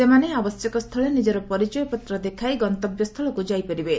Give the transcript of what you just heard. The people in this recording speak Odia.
ସେମାନେ ଆବଶ୍ୟକସ୍ଥଳେ ନିଜର ପରିଚୟପତ୍ର ଦେଖାଇ ଗନ୍ତବ୍ୟସ୍ଥଳକୁ ଯାଇପାରିବେ